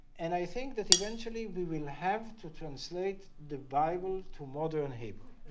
and i think that eventually we will have to translate the bible to modern hebrew